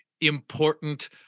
important